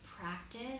practice